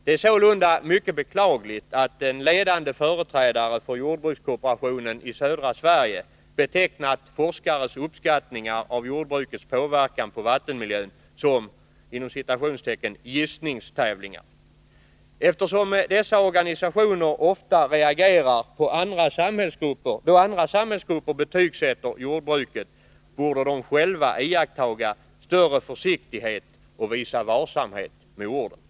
Det är sålunda mycket beklagligt att en ledande företrädare för jordbrukskooperationen i södra Sverige betecknat forskares uppskattningar av jordbrukets påverkan på vattenmiljön som ”gissningstävlingar”. Eftersom dessa organisationer ofta reagerar då andra samhällsgrupper betygsätter jordbruket borde de själva iakttaga större försiktighet och visa varsamhet med orden.